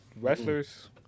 wrestlers